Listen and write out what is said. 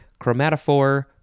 chromatophore